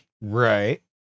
Right